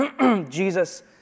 Jesus